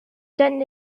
denton